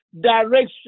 direction